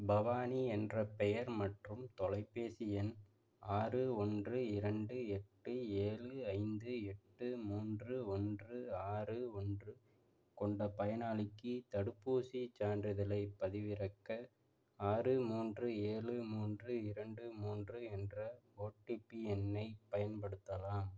பவானி என்ற பெயர் மற்றும் தொலைப்பேசி எண் ஆறு ஒன்று இரண்டு எட்டு ஏழு ஐந்து எட்டு மூன்று ஒன்று ஆறு ஒன்று கொண்ட பயனாளிக்கு தடுப்பூசிச் சான்றிதழைப் பதிவிறக்க ஆறு மூன்று ஏழு மூன்று இரண்டு மூன்று என்ற ஓடிபி எண்ணைப் பயன்படுத்தலாம்